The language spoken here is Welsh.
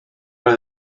oedd